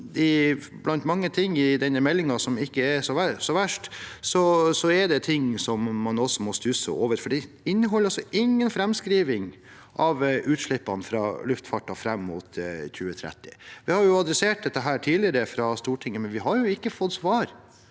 Blant mange ting i denne meldingen, som ikke er så verst, er det også ting man må stusse over, for den inneholder ingen framskriving av utslippene fra luftfarten fram mot 2030. Vi har adressert dette tidligere fra Stortinget, men vi har ikke fått svar